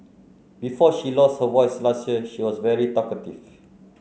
before she lost her voice last year she was very talkative